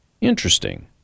Interesting